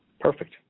Perfect